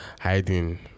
hiding